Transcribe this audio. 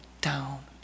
down